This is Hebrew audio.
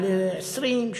על 20%,